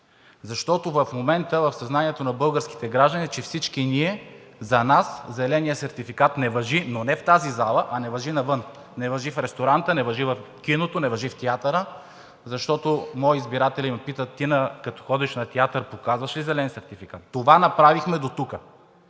защото в момента в съзнанието на българските граждани, че за всички нас зеленият сертификат не важи, но не в тази зала, а не важи навън – не важи в ресторанта, не важи в киното, не важи в театъра, защото мои избиратели ме питат: ти като ходиш на театър, показваш ли зелен сертификат? Това направихме дотук.